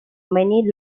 many